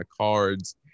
cards